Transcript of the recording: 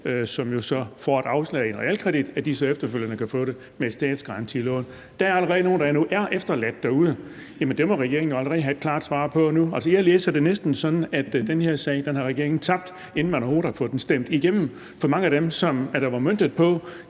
som får et afslag på realkredit, så efterfølgende kan få et statsgaranteret lån. Der er allerede nogle nu, der er blevet efterladt derude. Der må regeringen jo allerede have et klart svar. Altså, jeg læser det næsten sådan, at den her sag har regeringen tabt, inden man overhovedet har fået den stemt igennem. For mange af dem, som det var møntet på,